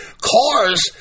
cars